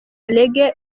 reggae